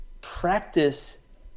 practice